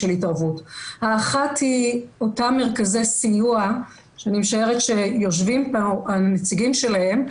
האחד הוא אותם מרכזי סיוע שאני משערת שיושבים פה הנציגים שלהם,